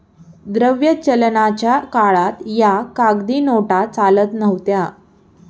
द्रव्य चलनाच्या काळात या कागदी नोटा चालत नव्हत्या